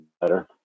better